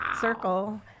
circle